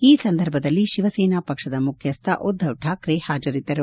ಈ ಸಂದರ್ಭದಲ್ಲಿ ಶಿವಸೇನಾ ಪಕ್ಷದ ಮುಖ್ಯಸ್ಥ ಉದ್ಧವ್ ಠಾಕ್ರೆ ಹಾಜರಿದ್ದರು